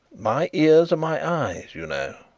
my ears are my eyes, you know.